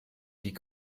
die